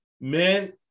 men